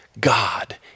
God